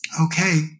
okay